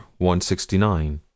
169